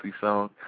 song